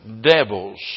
devils